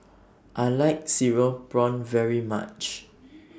I like Cereal Prawns very much